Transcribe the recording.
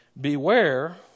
Beware